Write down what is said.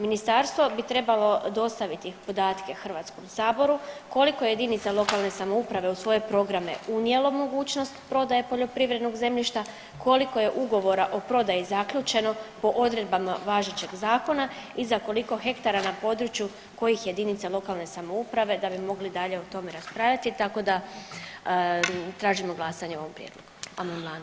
Ministarstvo bi trebalo dostaviti podatke HS-u koliko jedinica lokalne samouprave u svoje programe unijelo mogućnost prodaje poljoprivrednog zemljišta, koliko je ugovora o prodaji zaključeno po odredbama važećeg zakona i za koliko hektara na području kojih jedinica lokalne samouprave da bi mogli dalje o tome raspravljati, tako da, tražimo glasanje o ovom amandmanu.